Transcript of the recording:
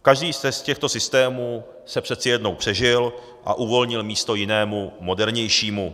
Každý z těchto systémů se přeci jednou přežil a uvolnil místo jinému, modernějšímu.